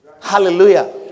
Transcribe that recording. Hallelujah